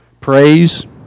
praise